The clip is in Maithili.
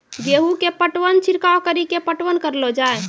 गेहूँ के पटवन छिड़काव कड़ी के पटवन करलो जाय?